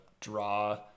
draw